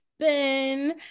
spin